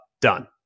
done